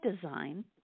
design